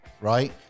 right